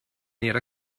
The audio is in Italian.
era